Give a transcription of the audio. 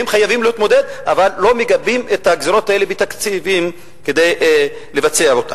אבל לא מגבים את הגזירות האלה בתקציבים כדי לבצע אותם,